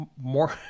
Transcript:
more